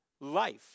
life